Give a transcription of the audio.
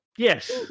Yes